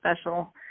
special